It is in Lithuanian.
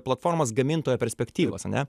platformos gamintojo perspektyvos ane